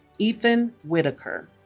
ethan whitaker